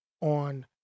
on